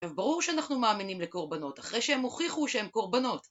ברור שאנחנו מאמינים לקורבנות אחרי שהם הוכיחו שהם קורבנות